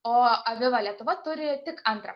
o aviva lietuva turi tik antrą